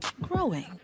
Growing